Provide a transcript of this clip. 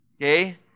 okay